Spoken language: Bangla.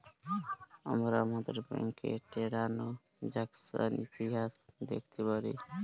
আমরা আমাদের ব্যাংকের টেরানযাকসন ইতিহাস দ্যাখতে পারি